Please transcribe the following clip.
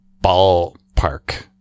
ballpark